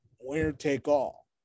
winner-take-all